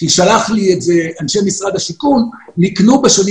כי שלחו לי את זה אנשי משרד השיכון נקנו בשנים